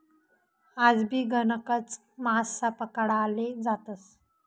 आजबी गणकच मासा पकडाले जातस